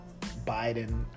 Biden